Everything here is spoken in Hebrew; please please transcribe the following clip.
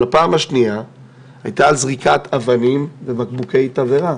הפעם השניה הייתה על זריקת אבנים ובקבוקי תבערה.